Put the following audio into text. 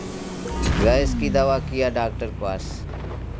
gas की दवा किया डाक्टर के पास